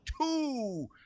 two